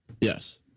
Yes